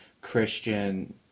Christian